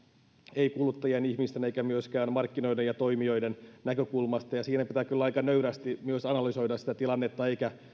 ei kuluttajien ihmisten eikä myöskään markkinoiden ja toimijoiden näkökulmasta ja siinä pitää kyllä aika nöyrästi myös analysoida sitä tilannetta eikä